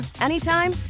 anytime